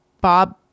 Bob